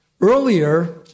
Earlier